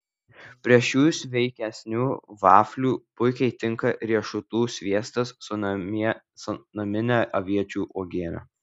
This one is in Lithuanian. prieš šių sveikesnių vaflių puikiai tinka riešutų sviestas su namine aviečių uogiene